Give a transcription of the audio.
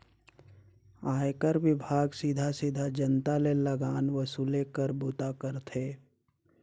आयकर विभाग सीधा सीधा जनता ले लगान वसूले कर बूता करथे